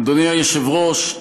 אדוני היושב-ראש,